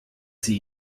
sie